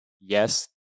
Yes